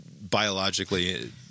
biologically